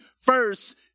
First